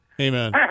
Amen